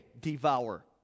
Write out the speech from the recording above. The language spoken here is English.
devour